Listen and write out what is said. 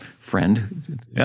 Friend